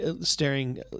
staring